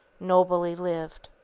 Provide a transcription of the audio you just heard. nobly lived.